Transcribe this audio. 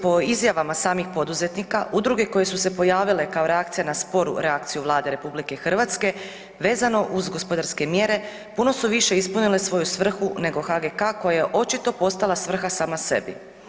Po izjavama samih poduzetnika udruge koje su se pojavile kao reakcija na sporu reakciju Vlade RH vezano uz gospodarske mjere puno su više ispunile svoju svrhu nego HGK koja je očito postala svrha sama sebi.